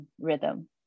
rhythm